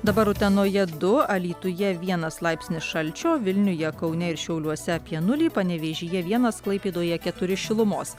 dabar utenoje du alytuje vienas laipsnis šalčio vilniuje kaune ir šiauliuose apie nulį panevėžyje vienas klaipėdoje keturi šilumos